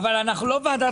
אנחנו ועדת